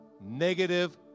negative